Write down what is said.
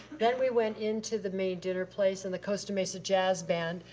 then we went into the main dinner place and the costa-mesa jazz band,